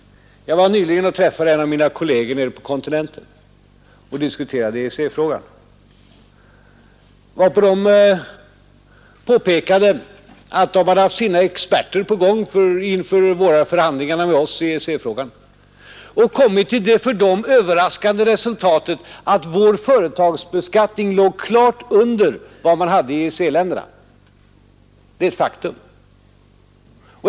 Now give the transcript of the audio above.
Jag träffade nyligen en av mina kolleger nere på kontinenten och diskuterade EEC-frågan. Där påpekade de att de hade haft sina experter på gång inför förhandlingarna med oss i EEC-frågan och kommit till det för dem överraskande resultatet att vår företagsbeskattning låg klart under vad man har i EEC-länderna. Det är ett faktum.